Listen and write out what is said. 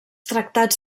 tractats